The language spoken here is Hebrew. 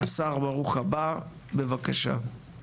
השר, ברוך הבא, בבקשה.